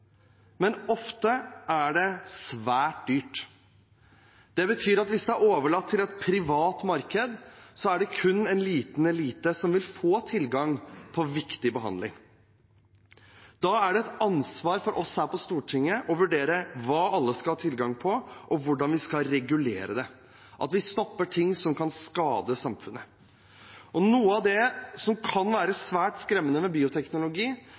men ofte er det svært dyrt. Det betyr at hvis det er overlatt til et privat marked, er det kun en liten elite som vil få tilgang på viktig behandling. Da er det et ansvar for oss her på Stortinget å vurdere hva alle skal ha tilgang på, og hvordan vi skal regulere det, at vi stopper ting som kan skade samfunnet. Noe av det som kan være svært skremmende med bioteknologi,